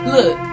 Look